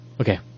Okay